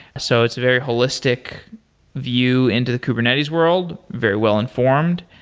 so it's very holistic view into the kubernetes world. very well-informed,